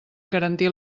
garantir